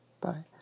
Bye